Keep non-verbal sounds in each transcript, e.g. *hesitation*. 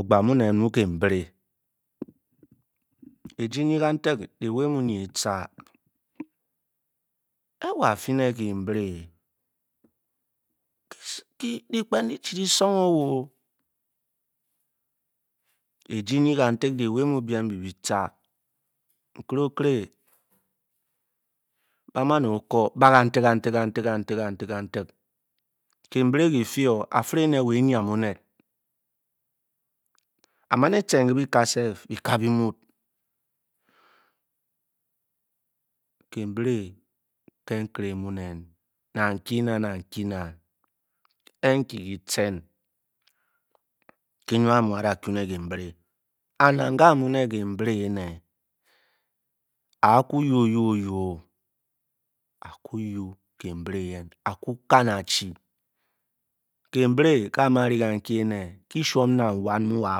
O'pkam o'nel emu lem belle *hesitation* a ge nye kan tep de way imu nke tar a war fene kembele lepken le chi le song or wor oh *hesitation* a ji nye kan tep de way mu bem mbe ba tar nkele okele ba man o kur ba kan tep kan tep kembele gafio a fle me idae a yeam o'nel a man jen le ba ka self be kot be mule *hesitation* kembele keli otele munen na nkina na nkina a ntu ke jen ga Wong ara you're le kembele nka ma IL ka ki ene ki shom ulan imu ba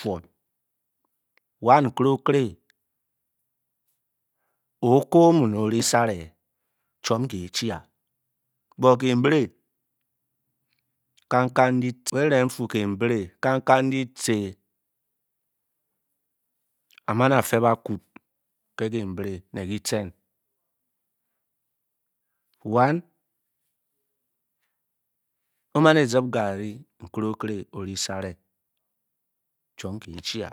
fin wan nkele otuh o cur o mu le ole sale chom ke chia but kembele Kang Kang la ti amana fer ba kul ke Kembele le ke ten wan omani zip garri nkele okele oli sale chom ke chia